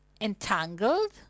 Entangled